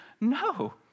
no